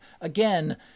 again